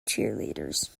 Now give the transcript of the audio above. cheerleaders